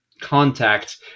contact